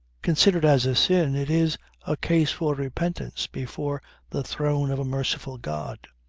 considered as a sin, it is a case for repentance before the throne of a merciful god.